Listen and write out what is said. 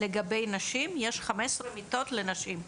לגבי נשים, יש 15 מיטות לנשים.